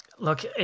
Look